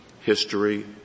history